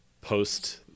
post